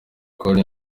konti